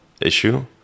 issue